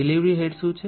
delivery head શું છે